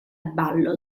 ballo